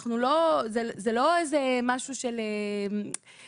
זה לא איזה משהו חריג,